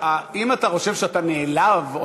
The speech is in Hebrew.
אם אתה חושב שאתה נעלב.